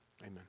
Amen